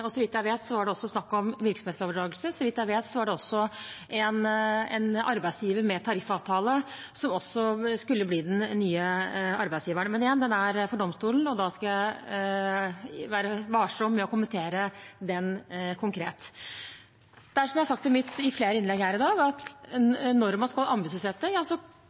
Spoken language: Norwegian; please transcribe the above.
Så vidt jeg vet, var det snakk om virksomhetsoverdragelse, og så vidt jeg vet, var det også en arbeidsgiver med tariffavtale som skulle bli den nye arbeidsgiveren. Men igjen: Saken er for domstolen, og da skal jeg være varsom med å kommentere den konkret. Det er som jeg har sagt i flere innlegg her i dag, at når man skal